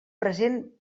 present